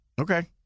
Okay